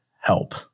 help